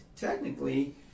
Technically